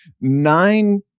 Nine